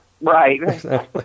Right